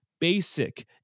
basic